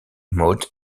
maude